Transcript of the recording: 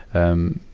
um,